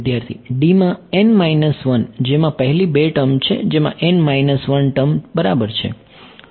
વિદ્યાર્થી D માં n minus 1 જેમાં પહેલી બે ટર્મ છે જેમાં n માઈનસ 1 ટર્મ બરાબર છે